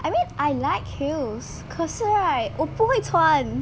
I mean I like heels 可是 right 我不会穿